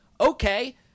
Okay